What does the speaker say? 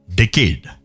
decade